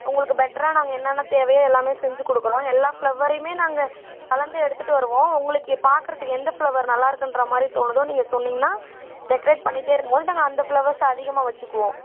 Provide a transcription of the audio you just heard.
உங்களுக்கு பெட்டரா நாங்கள் என்னென்ன தேவை எல்லாமே செஞ்சுக் கொடுக்குறோம் எல்லா ஃப்ளவரையுமே நாங்கள் கலந்து எடுத்துகிட்டு வருவோம் உங்களுக்கு பார்க்குறதுக்கு எந்த ஃப்ளவர் நல்லாயிருக்குன்ற மாதிரி தோணுதோ நீங்கள் சொன்னீங்கன்னால் டெக்கரேட் பண்ணிகிட்டே இருக்கும்போது நாங்கள் அந்த ஃப்ளவர்ஸை அதிகமாக வச்சுக்குவோம்